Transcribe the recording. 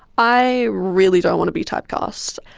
i really don't want to be typecast,